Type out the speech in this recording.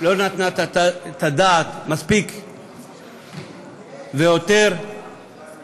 לא נתנה את הדעת די ליום הזה,